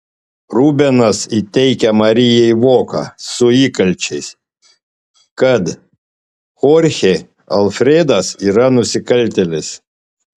rubenas įteikia marijai voką su įkalčiais kad chorchė alfredas yra nusikaltėlis